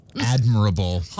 admirable